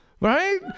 Right